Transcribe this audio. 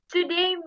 Today